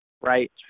right